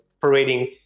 parading